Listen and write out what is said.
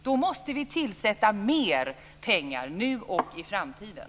Då måste vi tillföra mer pengar, nu och i framtiden.